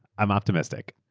i'm optimistic.